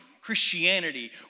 Christianity